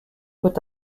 peut